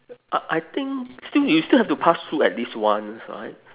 I I think still you still have to pass through at least once right